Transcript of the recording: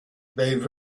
they